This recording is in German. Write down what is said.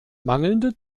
mangelnde